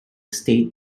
state